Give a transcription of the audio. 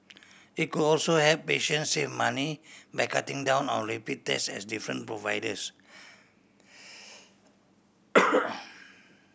it could also help patients save money by cutting down on repeat tests at different providers